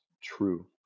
true